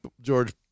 george